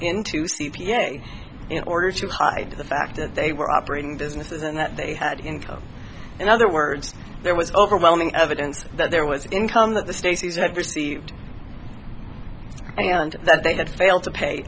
into c p a in order to hide the fact that they were operating businesses and that they had income in other words there was overwhelming evidence that there was income that the stacey's had received and that they had failed to pay